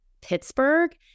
Pittsburgh